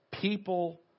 people